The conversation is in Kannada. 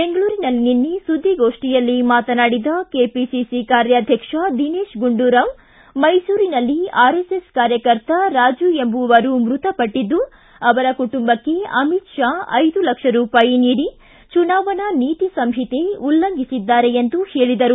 ಬೆಂಗಳೂರಿನಲ್ಲಿ ನಿನ್ನೆ ಸುದ್ದಿಗೋಷ್ಠಿಯಲ್ಲಿ ಮಾತನಾಡಿದ ಕೆಪಿಸಿಸಿ ಕಾರ್ಯಾಧ್ಯಕ್ಷ ದಿನೇತ್ ಗುಂಡೂರಾವ್ ಮೈಸೂರಿನಲ್ಲಿ ಆರ್ಎಸ್ಎಸ್ ಕಾರ್ಯಕರ್ತ ರಾಜು ಎಂಬುವವರು ಮೃತಪಟ್ಟದ್ದು ಅವರ ಕುಟುಂಬಕ್ಕೆ ಅಮಿತ್ ಷಾ ಐದು ಲಕ್ಷ ರೂಪಾಯಿ ನೀಡಿ ಚುನಾವಣಾ ನೀತಿ ಸಂಹಿತೆ ಉಲ್ಲಂಘಿಸಿದ್ದಾರೆ ಎಂದು ಹೇಳಿದರು